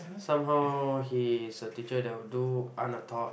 somehow he is a teacher that would do unauthor~